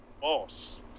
boss